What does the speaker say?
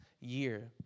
year